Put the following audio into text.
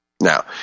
Now